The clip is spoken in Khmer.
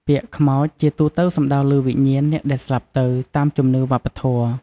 ពាក្យ "ខ្មោច" ជាទូទៅសំដៅលើវិញ្ញាណអ្នកដែលស្លាប់ទៅ តាមជំនឿវប្បធម៍។